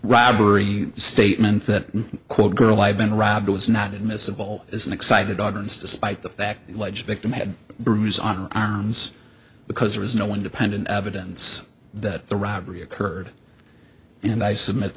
robbery statement that quote girl i've been robbed was not admissible as an excited utterance despite the fact that ledge victim had bruises on arms because there is no independent evidence that the robbery occurred and i submit